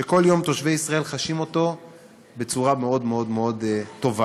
שכל יום תושבי ישראל חשים אותו בצורה מאוד מאוד מאוד טובה.